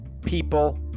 People